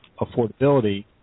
affordability